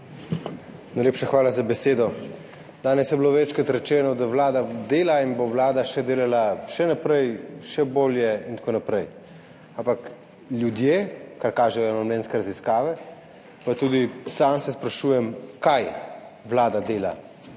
Najlepša hvala za besedo. Danes je bilo večkrat rečeno, da vlada dela in bo vlada delala še naprej, še bolje in tako naprej. Ampak ljudje, kar kažejo javnomnenjske raziskave – pa tudi sam se sprašujem, kaj vlada dela,